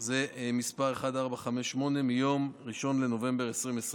מיום 21 בפברואר 2022,